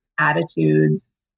attitudes